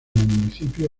municipio